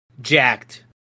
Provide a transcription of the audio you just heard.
jacked